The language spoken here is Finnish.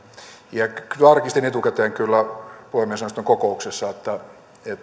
tarkistin kyllä etukäteen puhemiesneuvoston kokouksessa